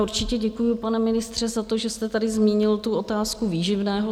Určitě děkuji, pane ministře, za to, že jste tady zmínil otázku výživného.